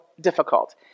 difficult